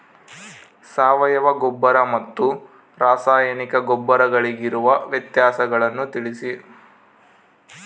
ಸಾವಯವ ಗೊಬ್ಬರ ಮತ್ತು ರಾಸಾಯನಿಕ ಗೊಬ್ಬರಗಳಿಗಿರುವ ವ್ಯತ್ಯಾಸಗಳನ್ನು ತಿಳಿಸಿ?